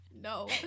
No